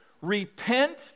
Repent